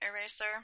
eraser